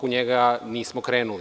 U njega nismo krenuli.